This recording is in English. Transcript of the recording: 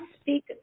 speak